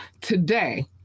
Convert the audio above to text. today